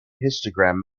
histogram